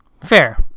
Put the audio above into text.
Fair